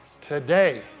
today